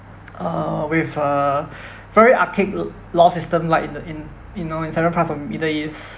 uh with a very archaic l~ law system like in the in you know in several parts of middle east